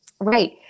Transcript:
right